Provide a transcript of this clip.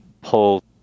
pull